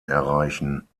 erreichen